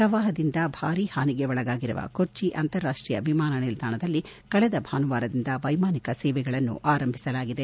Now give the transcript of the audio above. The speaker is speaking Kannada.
ಪ್ರವಾಹದಿಂದ ಭಾರಿ ಹಾನಿಗೆ ಒಳಗಾಗಿರುವ ಕೊಚ್ಚಿ ಅಂತಾರಾಷ್ಷೀಯ ವಿಮಾನ ನಿಲ್ದಾಣದಲ್ಲಿ ಕಳೆದ ಭಾನುವಾರದಿಂದ ವೈಮಾನಿಕ ಸೇವೆಗಳನ್ನು ಆರಂಭಿಸಲಾಗಿದೆ